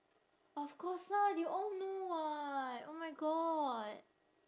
of course lah they all know [what] oh my god